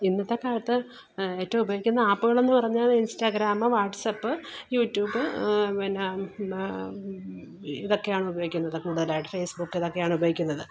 ഇന്നത്തെ കാലത്ത്ഏറ്റവും ഉപയോഗിക്കുന്ന അപ്പുകളെന്നു പറഞ്ഞാൽ ഇൻസ്റ്റാഗ്രാം വാട്സാപ്പ് യൂട്യൂബ് പിന്നെ ഇതൊക്കെയാണ് ഉപയോഗിക്കുന്നത്ത് കൂടുതലായിട്ട് ഫേസ്ബുക്ക് ഇതൊക്കെയാണ് ഉപയോഗിക്കുന്നത്